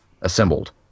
assembled